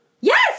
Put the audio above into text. Yes